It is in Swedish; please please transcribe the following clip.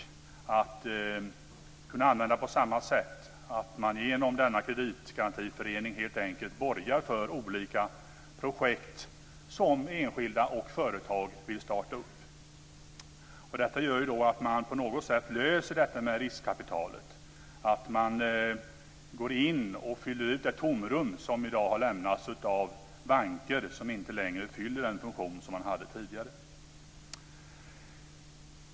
Man ska kunna använda den på samma sätt. Genom denna kreditgarantiförening borgar man helt enkelt för olika projekt som enskilda och företag vill starta upp. Detta gör ju då att man på något sätt löser detta med riskkapitalet. Man går in och fyller ut det tomrum som i dag har lämnats av banker som inte längre fyller den funktion som de hade tidigare.